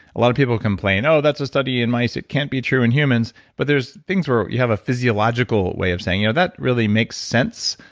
a lot of people complain, oh, that's a study in mice. it can't be true in humans. but there's things where you have a physiological way of saying you know that really makes sense,